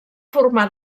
formar